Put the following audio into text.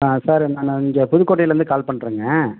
ஆ sir நான் இங்கே புதுக்கோட்டையிலேருந்து கால் பண்ணுறேங்க